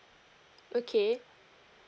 okay